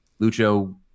lucho